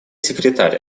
секретарь